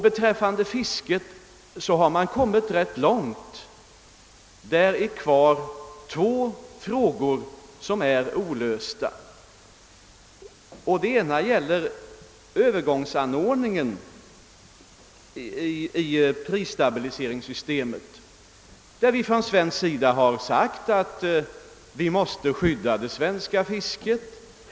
Beträffande fisket har man kommit ganska långt. Det återstår två olösta frågor på detta område. Den ena gäller övergångsanordningen i prisstabiliseringssystemet, beträffande vilken vi från svenskt håll har sagt att det svenska fisket måste skyddas.